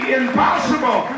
impossible